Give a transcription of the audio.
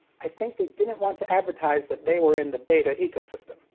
i think they didn't want to advertise that they were in the beta ecosystem.